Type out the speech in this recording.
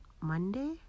Monday